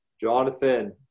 Jonathan